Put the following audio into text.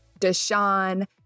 Deshaun